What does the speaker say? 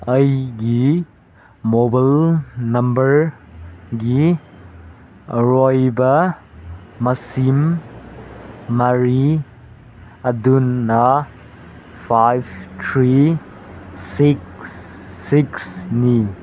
ꯑꯩꯒꯤ ꯃꯣꯕꯥꯏꯜ ꯅꯝꯕꯔꯒꯤ ꯑꯔꯣꯏꯕ ꯃꯁꯤꯡ ꯃꯔꯤ ꯑꯗꯨꯅ ꯐꯥꯏꯚ ꯊ꯭ꯔꯤ ꯁꯤꯛꯁ ꯁꯤꯛꯁꯅꯤ